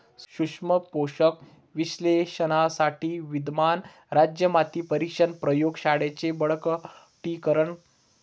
सूक्ष्म पोषक विश्लेषणासाठी विद्यमान राज्य माती परीक्षण प्रयोग शाळांचे बळकटीकरण